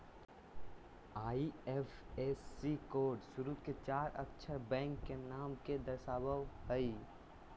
IFSC code शुरू के चार अक्षर बैंक के नाम के दर्शावो हइ